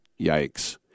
Yikes